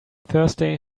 thursday